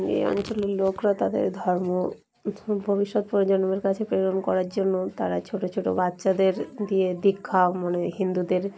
এই অঞ্চলের লোকরা তাদের ধর্ম ভবিষ্যৎ প্রজন্মের কাছে প্রেরণ করার জন্য তারা ছোট ছোট বাচ্চাদের দিয়ে দীক্ষা মানে হিন্দুদের